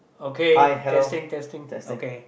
hi hello testing